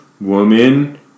woman